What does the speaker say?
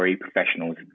professionals